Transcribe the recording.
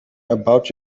about